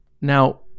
Now